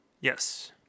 Yes